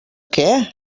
què